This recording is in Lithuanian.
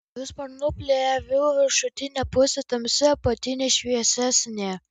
jų sparnų plėvių viršutinė pusė tamsi apatinė šviesesnė